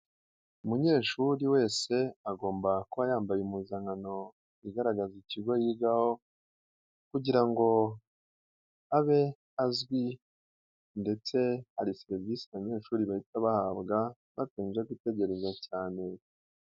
Umunyeshuri wese agomba kuba yambaye impuzankano igaragaza ikigo yigaho kugira ngo abe azwi ndetse hari serivisi abanyeshuri bahita bahabwa, batabanje gutegereza cyane.